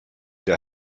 der